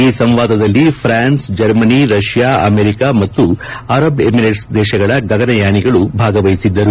ಈ ಸಂವಾದದಲ್ಲಿ France Germany Russia America ಮತ್ತು ಅರಬ್ ಎಮಿರೇಟ್ಸ್ ದೇಶಗಳ ಗಗನಯಾನಿಗಳು ಭಾಗವಹಿಸಿದ್ದರು